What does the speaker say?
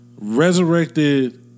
resurrected